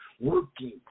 working